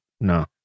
no